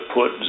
put